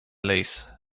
lease